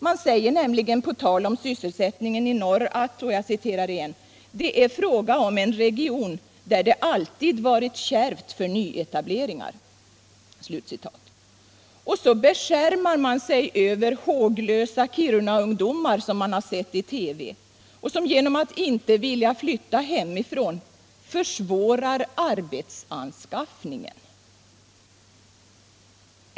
Dagens Nyheter skriver nämligen på tal om sysselsättningen i norr att ”det är fråga om en region där det alltid varit kärvt för nyetableringar” , och så beskärmar man sig över håglösa Kirunaungdomar som man sett i TV och som genom att inte vilja flytta hemifrån sägs försvåra arbetsanskaffningen.